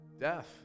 Death